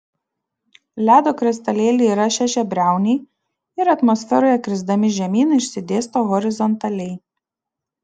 ledo kristalėliai yra šešiabriauniai ir atmosferoje krisdami žemyn išsidėsto horizontaliai